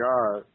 God